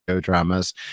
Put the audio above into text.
dramas